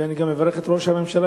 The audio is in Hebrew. ואני גם מברך את ראש הממשלה,